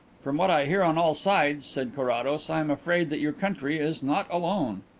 from what i hear on all sides, said carrados, i am afraid that your country is not alone.